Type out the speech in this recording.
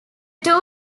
two